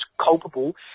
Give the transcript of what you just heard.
culpable